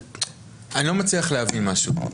אני לא מצליח להבין משהו.